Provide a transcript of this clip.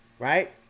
right